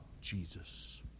Jesus